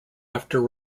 after